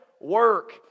work